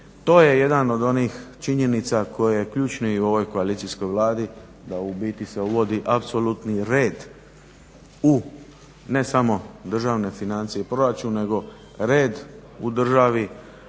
To je jedna od onih činjenica koje su ključne i u ovoj koalicijskoj Vladi da u biti se uvodi apsolutni red u ne samo državne financije i proračun nego red u državi,